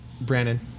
Brandon